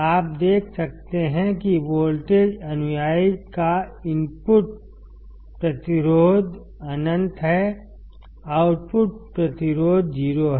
आप देख सकते हैं कि वोल्टेज अनुयायी का इनपुट प्रतिरोध अनंत है आउटपुट प्रतिरोध 0 है